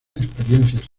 experiencias